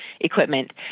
equipment